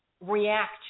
react